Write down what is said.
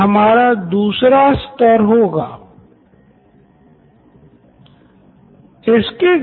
अगर आप एक ही नोट बुक का इस्तेमाल करते हैं तो ये काफी दिक्कत देगा